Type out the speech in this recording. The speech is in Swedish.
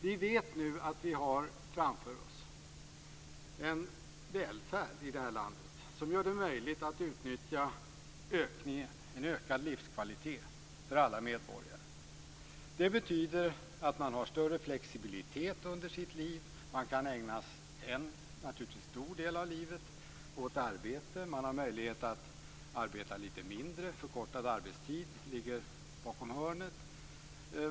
Vi vet nu att vi framför oss har en välfärd i det här landet som gör det möjligt att utnyttja en ökad livskvalitet för alla medborgare. Det betyder att man har större flexibilitet under sitt liv. Man kan ägna en, naturligtvis stor, del av livet åt arbete. Man har möjlighet att arbeta lite mindre. Förkortad arbetstid finns runt hörnet.